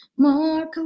more